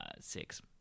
six